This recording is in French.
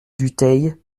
dutheil